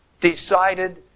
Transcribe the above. decided